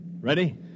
Ready